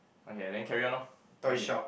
okay then carry on lor okay